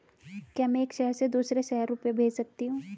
क्या मैं एक शहर से दूसरे शहर रुपये भेज सकती हूँ?